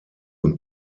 und